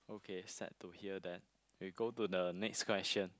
okay sad to hear that we go to the next quesiton